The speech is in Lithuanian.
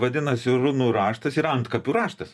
vadinasi runų raštas yra antkapių raštas